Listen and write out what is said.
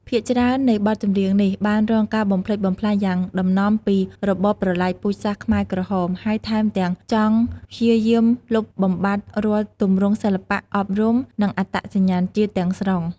ភាគច្រើននៃបទចម្រៀងនេះ បានរងការបំផ្លិចបំផ្លាញយ៉ាងដំណំពី របបប្រល័យពូជសាសន៍ខ្មែរក្រហម ហើយថែមទាំងចង់ព្យាយាមលុបបំបាត់រាល់ទម្រង់សិល្បៈ អប់រំ និងអត្តសញ្ញាណជាតិទាំងស្រុង។